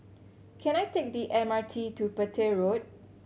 can I take the M R T to Petir Road